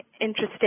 interesting